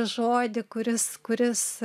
žodį kuris kuris